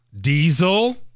Diesel